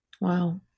Wow